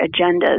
agendas